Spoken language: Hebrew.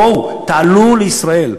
בואו, תעלו לישראל.